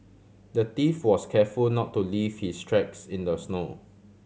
the thief was careful not to leave his tracks in the snow